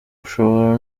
ushobora